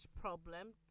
problem